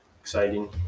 exciting